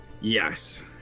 yes